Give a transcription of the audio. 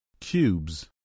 cubes